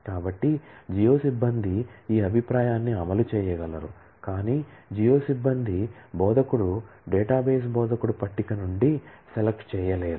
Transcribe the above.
కాబట్టి జియో సిబ్బంది ఈ అభిప్రాయాన్ని అమలు చేయగలరు కాని జియో సిబ్బంది బోధకుడు డేటాబేస్ బోధకుడు టేబుల్ నుండి SELECT చేయలేరు